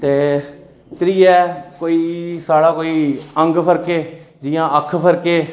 ते त्री ऐ कोई साढ़ा कोई अंग फड़के जि'यां अक्ख फड़के